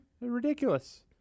Ridiculous